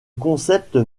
concept